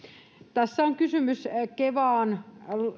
tässä on kysymys kevaan